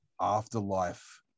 afterlife